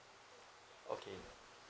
okay